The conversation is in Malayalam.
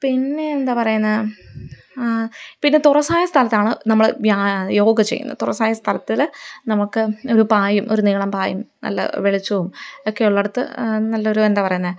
പിന്നെ എന്താ പറയുന്നേ പിന്നെ തുറസ്സായ സ്ഥലത്താണ് നമ്മള് യോഗ ചെയ്യുന്നത് തുറസ്സായ സ്ഥലത്തില് നമുക്ക് ഒരു പായയും ഒരു നീളന് പായയും നല്ല വെളിച്ചവും ഒക്കെ ഉള്ളിടത്ത് നല്ലൊരു എന്താ പറയുന്നെ